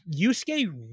Yusuke